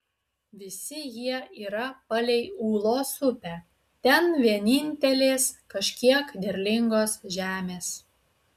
visi jie yra palei ūlos upę ten vienintelės kažkiek derlingos žemės